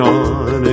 on